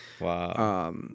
Wow